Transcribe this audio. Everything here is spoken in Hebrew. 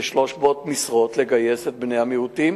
כ-300 משרות לבני המיעוטים,